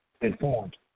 informed